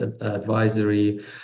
advisory